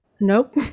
Nope